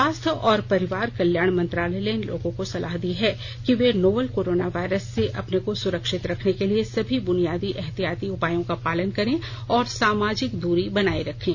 स्वास्थ्य और परिवार कल्याण मंत्रालय ने लोगों को सलाह दी है कि वे नोवल कोरोना वायरस से अपने को सुरक्षित रखने के लिए सभी बुनियादी एहतियाती उपायों का पालन करें और सामाजिक दूरी बनाए रखें